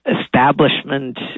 establishment